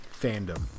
fandom